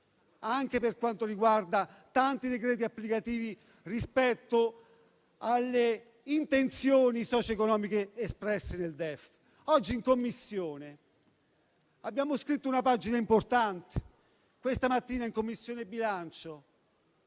anche per quanto riguarda tanti decreti applicativi rispetto alle intenzioni socioeconomiche espresse nel DEF. Oggi in Commissione abbiamo scritto una pagina importante. Questa mattina abbiamo dato